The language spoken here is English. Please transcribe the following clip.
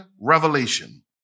revelation